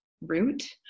route